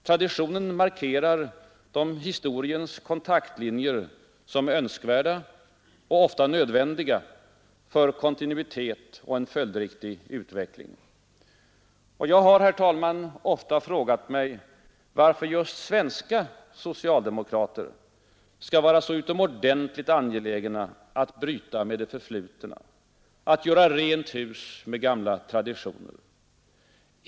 Tradition markerar de historiens kontaktlinjer som är önskvärda och ofta nödvändiga för kontinuitet och en följdriktig utveckling Jag har, herr talman, ofta frågat mig varför just svenska socialdemokrater skall vara så utomordentligt angelägna att bryta med det förflutna, att göra rent hus med gamla traditioner.